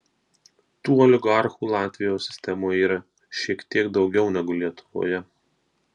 tų oligarchų latvijos sistemoje yra šiek tiek daugiau negu lietuvoje